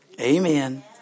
Amen